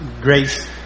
grace